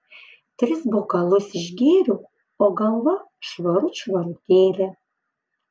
tris bokalus išgėriau o galva švarut švarutėlė